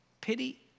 pity